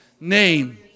name